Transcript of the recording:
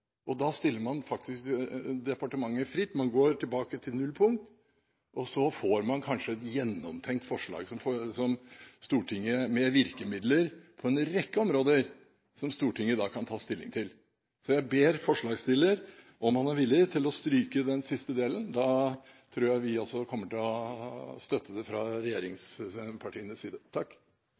Da stiller man faktisk departementet fritt. Man går tilbake til nullpunkt, så får man kanskje et gjennomtenkt forslag – med virkemidler på en rekke områder – som Stortinget da kan ta stilling til. Så jeg ber forslagsstiller om å være villig til å stryke den siste delen. Da tror jeg vi også kommer til å støtte det fra regjeringspartienes side.